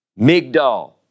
Migdal